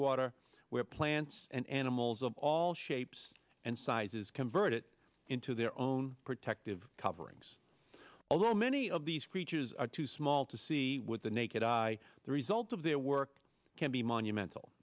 seawater where plants and animals of all shapes and sizes it is convert it into their own protective coverings although many of these creatures are too small to see with the naked eye the result of their work can be monumental